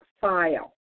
file